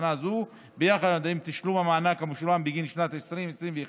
שנה זו יחד עם תשלום המענק המשולם בגין שנת 2021,